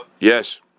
Yes